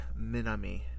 Minami